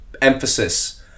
emphasis